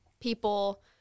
people